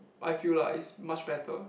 I feel lah it's much better